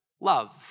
love